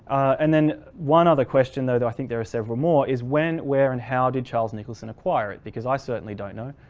and then one other question though that i think there are several more is, when, where and how did charles nicholson acquire it. because i certainly don't know.